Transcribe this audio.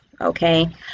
okay